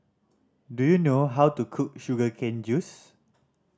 do you know how to cook sugar cane juice